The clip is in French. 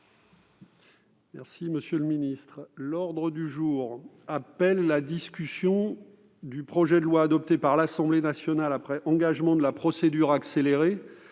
devant votre noble assemblée. L'ordre du jour appelle la discussion du projet de loi, adopté par l'Assemblée nationale après engagement de la procédure accélérée,